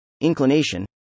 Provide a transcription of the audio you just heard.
Inclination